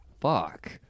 fuck